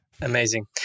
Amazing